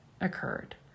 occurred